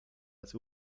als